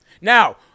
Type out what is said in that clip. Now